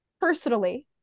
personally